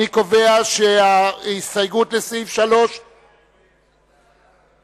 סעיף 2 אושר לפי הצעת הוועדה.